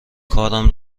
کارم